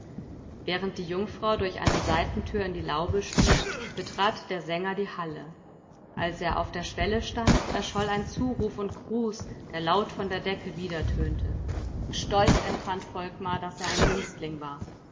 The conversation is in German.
während die jungfrau durch eine seitentür in die laube stieg betrat der sänger die halle als er auf der schwelle stand erscholl ein zuruf und gruß der laut von der decke widertönte stolz empfand volkmar daß er ein günstling war